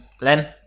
Len